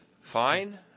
fine